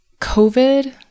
COVID